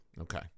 Okay